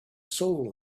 soul